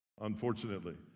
Unfortunately